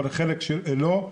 אבל לחלק לא.